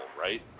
right